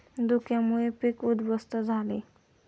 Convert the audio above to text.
धुक्यामुळे पीक उध्वस्त झाले